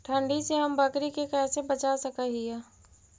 ठंडी से हम बकरी के कैसे बचा सक हिय?